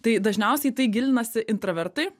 tai dažniausiai tai gilinasi intravertai